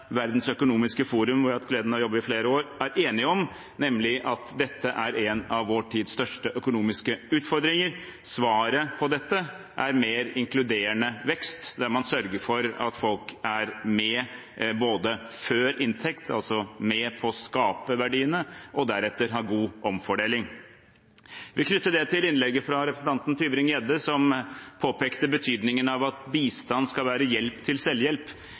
Verdens økonomiske forum – hvor jeg har hatt gleden av å jobbe i flere år – nå er enige om, nemlig at det er en av vår tids største økonomiske utfordringer. Svaret på dette er mer inkluderende vekst, der man både sørger for at folk er med før inntekt – altså at de er med på å skape verdiene – og deretter har en god omfordeling. Jeg vil knytte det til innlegget fra representanten Tybring-Gjedde, som påpekte betydningen av at bistand skal være hjelp til